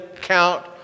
count